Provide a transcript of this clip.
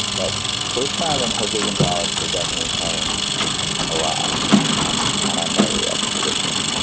but glitch mob and jose gonzalez were definitely playing a lot on on our meru expedition.